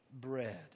bread